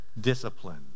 discipline